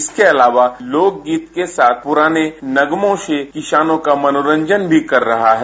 इसके अलावा लोकगीत के साथ पुराने नगमों से किसानों का मनोरंजन भी कर रहा है